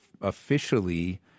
officially